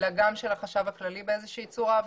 אלא גם של החשב הכללי באיזושהי צורה.